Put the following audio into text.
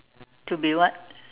to be what